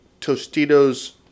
Tostitos